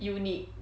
UNIQ